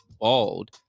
bald